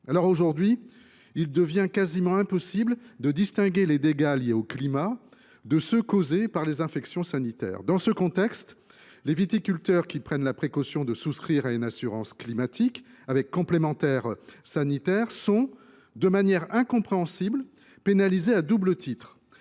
Aujourd’hui, il devient quasiment impossible de distinguer les dégâts liés au climat de ceux causés par les infections sanitaires. Aussi, les viticulteurs qui prennent la précaution de souscrire à une assurance climatique avec complémentaire sanitaire sont, de manière incompréhensible, pénalisés à double titre.